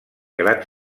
grans